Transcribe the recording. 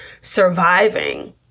surviving